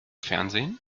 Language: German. fernsehen